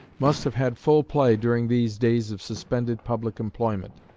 must have had full play during these days of suspended public employment.